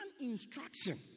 instruction